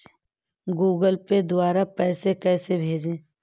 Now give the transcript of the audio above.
Google Pay द्वारा पैसे कैसे भेजें?